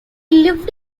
lived